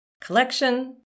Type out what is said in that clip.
Collection